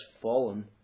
fallen